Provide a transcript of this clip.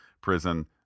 prison